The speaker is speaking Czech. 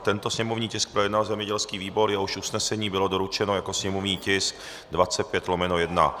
Tento sněmovní tisk projednal zemědělský výbor, jehož usnesení bylo doručeno jako sněmovní tisk 25/1.